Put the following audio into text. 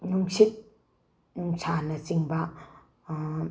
ꯅꯨꯡꯁꯤꯠ ꯅꯨꯡꯁꯥꯅꯆꯤꯡꯕ